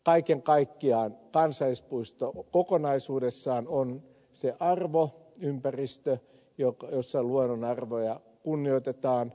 kaiken kaikkiaan kansallispuisto kokonaisuudessaan on se arvoympäristö jossa luonnonarvoja kunnioitetaan